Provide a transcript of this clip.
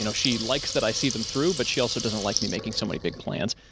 you know she likes that i see them through, but she also doesn't like me making so many big plans.